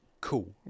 cool